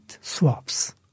swaps